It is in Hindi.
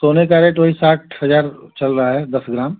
सोने का रेट वही साठ हज़ार चल रहा है दस ग्राम